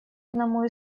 одному